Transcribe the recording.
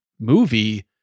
movie